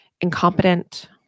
incompetent